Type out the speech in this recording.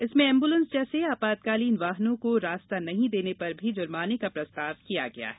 इसमें एंबुलेंस जैसे आपातकालीन वाहनों को रास्ता नहीं देने पर भी जुर्माने का प्रस्ताव किया गया है